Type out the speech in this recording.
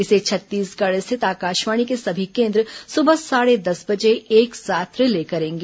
इसे छत्तीसगढ़ स्थित आकाशवाणी के सभी केन्द्र सुबह साढ़े दस बजे एक साथ रिले करेंगे